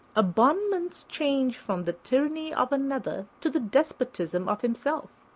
a bondman's change from the tyranny of another to the despotism of himself.